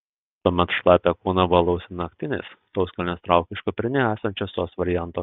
tuomet šlapią kūną valausi naktiniais sauskelnes traukiu iš kuprinėje esančio sos varianto